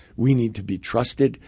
we need to be trusted,